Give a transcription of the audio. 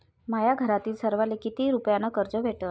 माह्या घरातील सर्वाले किती रुप्यान कर्ज भेटन?